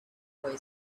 boy